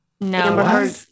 no